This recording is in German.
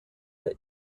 der